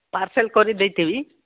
parcel କରିଦେଇଥିବି